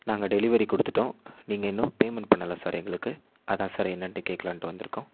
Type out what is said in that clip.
நாங்கள் டெலிவரி கொடுத்துட்டோம் நீங்கள் இன்னும் பேமெண்ட் பண்ணலை சார் எங்களுக்கு அதான் சார் என்னன்ட்டு கேக்கலானுன்ட்டு வந்துயிருக்கோம்